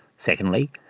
secondly,